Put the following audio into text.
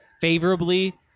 favorably